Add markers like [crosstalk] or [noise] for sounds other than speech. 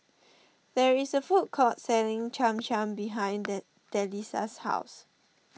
there is a food court selling Cham Cham behind [unintelligible] Delisa's house